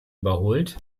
überholt